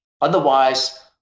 Otherwise